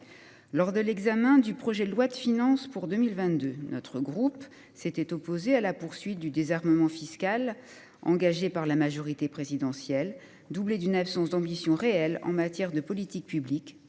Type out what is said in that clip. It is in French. Lors de l’examen du projet de loi de finances pour 2022, notre groupe s’était opposé à la poursuite du désarmement fiscal engagé par la majorité présidentielle, doublé d’une absence d’ambition réelle en matière de politiques publiques,